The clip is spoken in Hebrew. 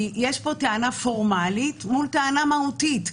כי יש פה טענה פורמלית מול טענה מהותית.